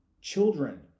Children